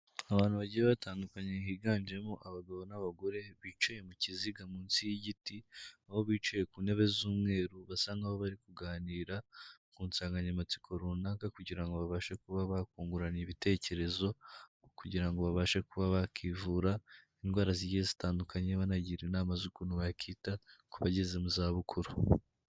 Abantu bagiye batandukanye higanjemo abagabo n'abagore bicaye mu kiziga munsi y'igiti, aho bicaye ku ntebe z'umweru basa nkaho bari kuganira ku nsanganyamatsiko runaka, kugira ngo babashe kuba bakungurana ibitekerezo, kugira ngo babashe kuba bakivura indwara zigiye zitandukanye, banagira inama z'ukuntu bakita ku bageze mu zabukuru.